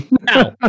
Now